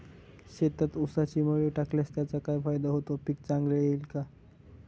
शेतात ऊसाची मळी टाकल्यास त्याचा काय फायदा होतो, पीक चांगले येईल का?